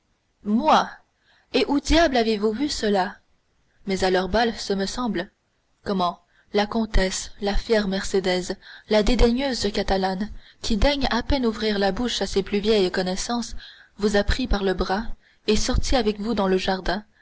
moi et où diable avez-vous vu cela mais à leur bal ce me semble comment la comtesse la fière mercédès la dédaigneuse catalane qui daigne à peine ouvrir la bouche à ses plus vieilles connaissances vous a pris par le bras est sortie avec vous dans le jardin